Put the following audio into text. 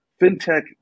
Fintech